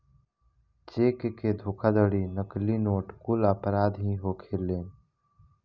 check के धोखाधड़ी, नकली नोट कुल अपराध ही होखेलेन